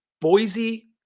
Boise